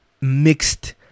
Mixed